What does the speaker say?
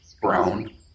brown